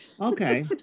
Okay